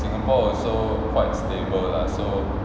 singapore also quite stable lah so